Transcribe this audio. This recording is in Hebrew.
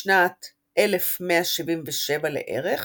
בשנת 1177 לערך